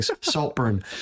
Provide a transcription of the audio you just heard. Saltburn